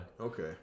Okay